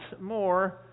more